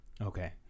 okay